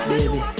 Baby